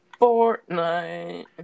Fortnite